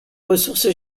ressource